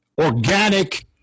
organic